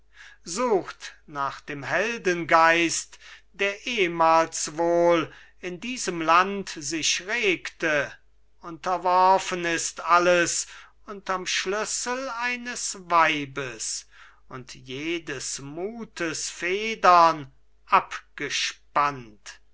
sucht nach dem heldengeist der ehemals wohl in diesem land sich regte unterworfen ist alles unterm schlüssel eines weibes und jedes mutes federn abgespannt